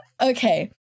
okay